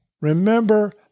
remember